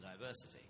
diversity